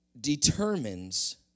determines